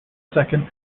second